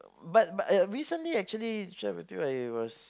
but but recently actually to share with you I was